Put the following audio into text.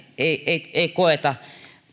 ei ei koeta